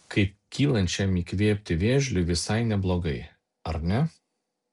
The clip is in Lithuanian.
kaip kylančiam įkvėpti vėžliui visai neblogai ar ne